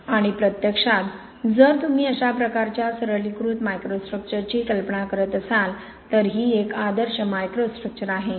आणि प्रत्यक्षात जर तुम्ही अशा प्रकारच्या सरलीकृत मायक्रोस्ट्रक्चरची कल्पना करत असाल तर ही एक आदर्श मायक्रोस्ट्रक्चर आहे